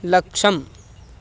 लक्षम्